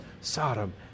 Sodom